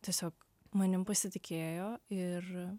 tiesiog manim pasitikėjo ir